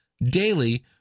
daily